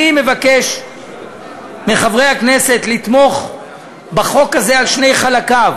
אני מבקש מחברי הכנסת לתמוך בחוק הזה על שני חלקיו,